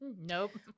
Nope